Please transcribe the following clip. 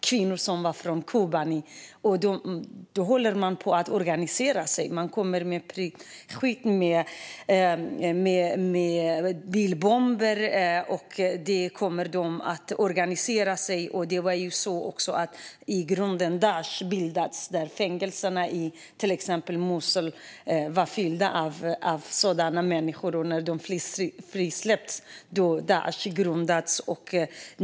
Daish höll på att organisera sig och kom med prickskyttar och bilbomber. Daish bildades från början i fängelserna i till exempel Mosul, som var fyllda av sådana människor. När de släppts grundades Daish.